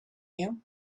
you